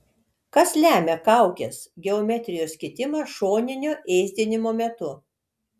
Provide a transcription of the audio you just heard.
kas lemia kaukės geometrijos kitimą šoninio ėsdinimo metu